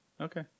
Okay